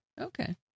Okay